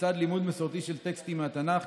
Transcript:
לצד לימוד מסורתי של טקסטים מהתנ"ך,